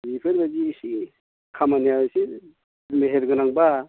बेफोरफादि एसे खामानिया एसे मेहेरगोनां बा